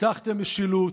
הבטחתם משילות,